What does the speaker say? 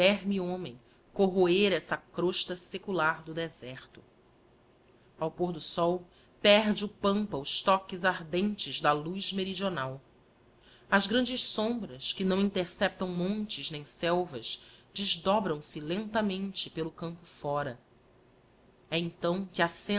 verme homem corroer essa crosta secular do deserto ao pôr do sol perde o pampa os toques ardentes da luz meridional as grandes sombras que não interceptam montes nem selvas desdobram se lentamente pelo campo íóra e então que